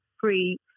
free